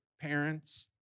parents